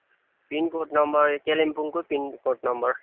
pin code number कालिम्पोङकै pin code number